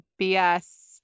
BS